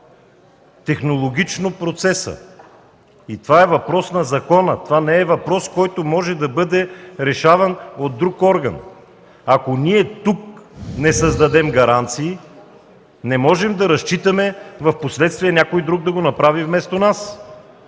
технологично процеса и това е въпрос на закона. Това не е въпрос, който може да бъде решаван от друг орган! Ако ние тук не създадем гаранции, не можем да разчитаме впоследствие някой друг да го направи, вместо нас!